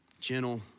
Gentle